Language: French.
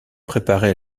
préparée